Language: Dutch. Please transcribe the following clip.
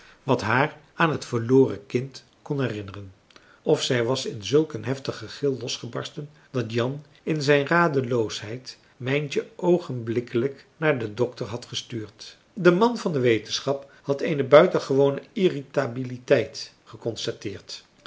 wat haar aan het verloren kind kon herinneren of zij was in zulk een heftig gegil losgebarsten dat jan in zijn radeloosheid mijntje oogenblikkelijk naar den dokter had gestuurd de man van de wetenschap had eene buitengewone irritabiliteit geconstateerd